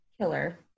killer